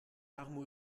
larmes